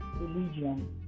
religion